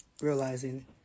realizing